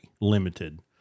limited